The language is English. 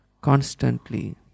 constantly